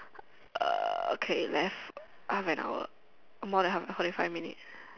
uh okay left half an hour more than half an hour forty five minutes